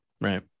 Right